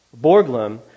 borglum